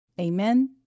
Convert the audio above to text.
Amen